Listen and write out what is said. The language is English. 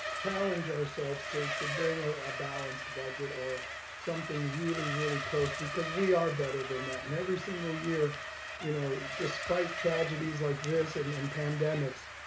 challenge ourselves to to bring a balanced budget or something really, really close because we are better than that. and every single year you know despite tragedies like this and and pandemics,